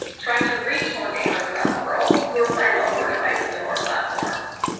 trying to reach more gamers around the world who are playing on more devices and more platforms.